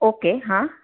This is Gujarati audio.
ઓકે હા